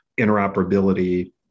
interoperability